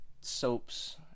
soaps